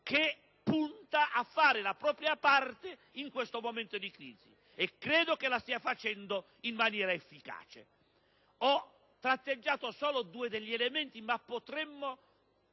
che punta a fare la propria parte in questo momento di crisi e che credo la stia facendo in maniera efficace. Ho tratteggiato solo due elementi, ma potremmo